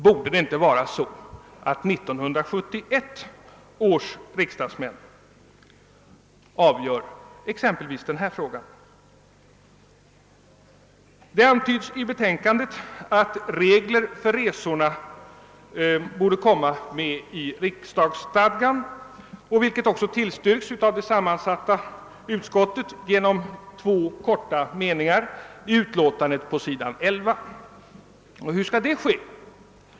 Borde inte 1971 års riksdagsmän avgöra exempelvis denna fråga? Det antyds i betänkandet att regler för resorna borde komma med i riksdagsstadgan, vilket också tillstyrks av det sammansatta konstitutionsoch bankoutskottet genom två korta meningar på s. 11 i utlåtandet. Hur skall det ske?